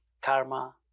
karma